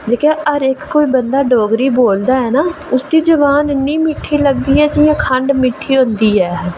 जेह्का हर कोई बंदा डोगरी बोलदा ऐ ना उसदी जुबान इन्नी मिट्ठी लगदी ऐ जि'यां खंड मिट्ठी लगदी ऐ